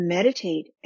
Meditate